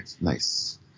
Nice